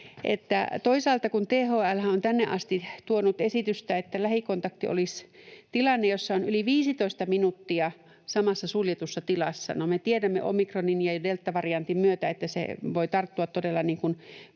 Toisaalta THL:hän on tänne asti tuonut esitystä, että lähikontakti olisi tilanne, jossa on yli 15 minuuttia samassa suljetussa tilassa. No me tiedämme omikronin ja deltavariantin myötä, että se voi tarttua todella